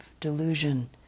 delusion